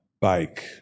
bike